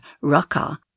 Raka